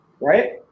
right